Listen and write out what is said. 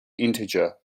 integer